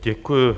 Děkuji.